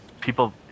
people